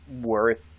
worth